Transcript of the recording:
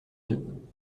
deux